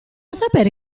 sapere